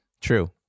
True